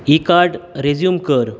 Ekart resume कर